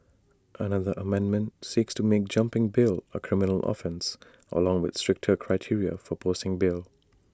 another amendment seeks to make jumping bail A criminal offence along with stricter criteria for posting bail